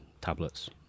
tablets